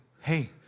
hey